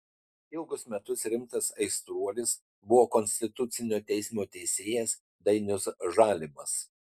ilgus metus rimtas aistruolis buvo konstitucinio teismo teisėjas dainius žalimas